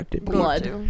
blood